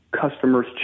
customers